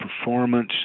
performance